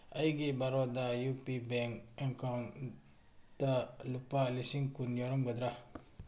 ꯑꯩꯒꯤ Baroda U P bank account ꯂꯨꯄꯥ ꯂꯤꯁꯤꯡ ꯀꯨꯟ ꯌꯥꯎꯔꯝꯒꯗ꯭ꯔꯥ